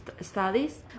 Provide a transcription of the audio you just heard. studies